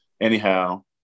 Anyhow